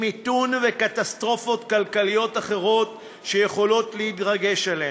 עם מיתון וקטסטרופות כלכליות אחרות שיכולות להתרגש עלינו.